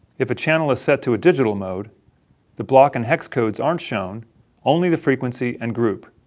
if a channel is set to a digital mode the block and hex codes aren't shown only the frequency and group.